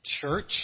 church